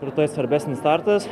rytoj svarbesnis startas